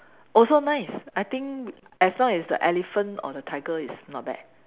also nice I think as long as the elephant or the tiger is not bad